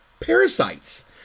parasites